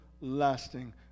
lasting